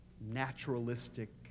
naturalistic